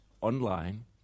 online